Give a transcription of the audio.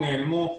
נעלמו,